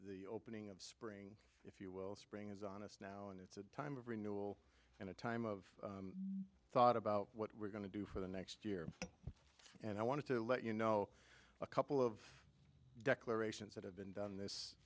the opening of spring if you will spring is honest now and it's a time of renewal and a time of thought about what we're going to do for the next year and i want to let you know a couple of declarations that have been done